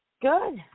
good